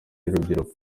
y’urubyiruko